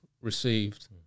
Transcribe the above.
received